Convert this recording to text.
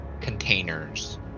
containers